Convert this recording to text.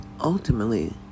ultimately